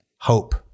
hope